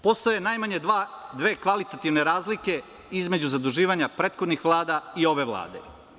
Postoje najmanje dve kvalitativne razlike između zaduživanja prethodnih vlada i ove Vlade.